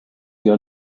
your